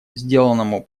сделанному